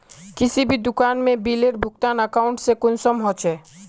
किसी भी दुकान में बिलेर भुगतान अकाउंट से कुंसम होचे?